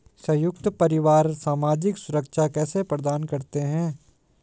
संयुक्त परिवार सामाजिक सुरक्षा कैसे प्रदान करते हैं?